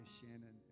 Shannon